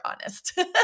honest